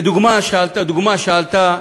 דוגמה שעלתה,